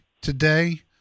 today